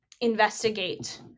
investigate